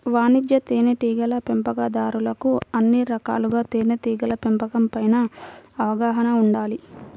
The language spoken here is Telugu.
వాణిజ్య తేనెటీగల పెంపకందారులకు అన్ని రకాలుగా తేనెటీగల పెంపకం పైన అవగాహన ఉండాలి